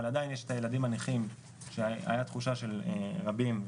אבל עדיין היתה תחושה של רבים,